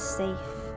safe